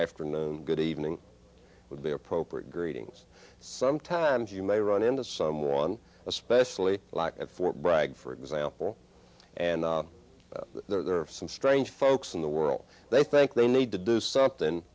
afternoon good evening would be appropriate greetings sometimes you may run into someone especially like at fort bragg for example and there are some strange folks in the world they think they need to do something